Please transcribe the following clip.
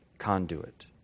conduit